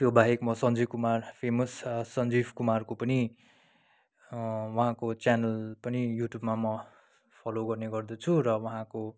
त्योबाहेक म सञ्जीव कुमार फेमस सञ्जीव कुमारको पनि उहाँको च्यानल पनि युट्युबमा म फलो गर्ने गर्दछु र उहाँको